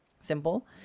simple